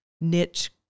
niche